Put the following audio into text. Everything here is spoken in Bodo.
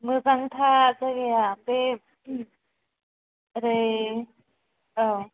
मोजांथार जायगाया बे ओरै औ